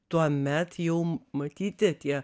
tuomet jau matyti tie